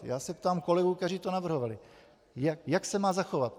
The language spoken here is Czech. Já se ptám kolegů, kteří to navrhovali, jak se má zachovat.